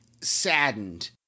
saddened